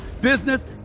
business